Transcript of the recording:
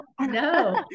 No